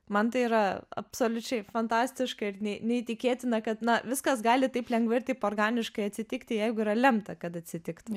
man tai yra absoliučiai fantastiška ir neįtikėtina kad na viskas gali taip lengvai ir organiškai atsitikti jeigu yra lemta kad atsitiktų